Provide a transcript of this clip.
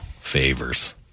favors